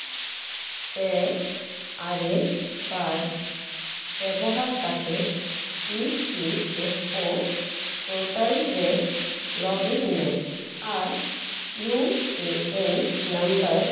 ᱯᱮ ᱟᱨᱮ ᱵᱟᱨ ᱵᱮᱵᱚᱦᱟᱨ ᱠᱟᱛᱮ E P F O portal ᱨᱮ ᱞᱚᱜᱤᱱ ᱢᱮ ᱟᱨ ᱤᱭᱩ ᱮ ᱮᱱ ᱱᱟᱢᱵᱟᱨ